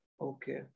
okay